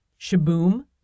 Shaboom